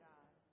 God